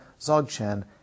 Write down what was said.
Zogchen